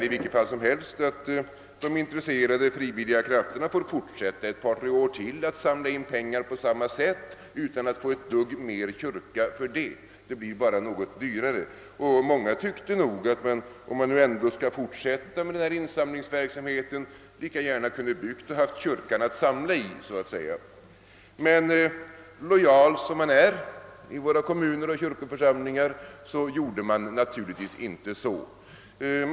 I vilket fall som helst innebär stoppet att de intresserade frivilliga krafterna får lov att fortsätta ett par, tre år till med att samla in pengar, utan att det blir mer kyrka fördenskull; den blir bara något dyrare. Många i församlingen tyckte nog att vi lika gärna, om insamlingsverksamheten ändå skulle fortsätta, hade kunnat bygga kyrkan och under den fortsatta insamlingstiden haft den så att säga att samla till. Men lojal som man är i våra kommuner och kyrkoförsamlingar gjorde man naturligtvis inte på det sättet.